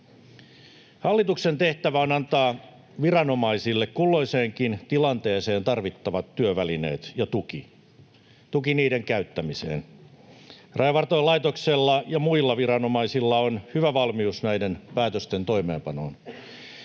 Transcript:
Hallituksen tehtävä on antaa viranomaisille kulloiseenkin tilanteeseen tarvittavat työvälineet ja tuki niiden käyttämiseen. Rajavartiolaitoksella ja muilla viranomaisilla on hyvä valmius näiden päätösten toimeenpanoon.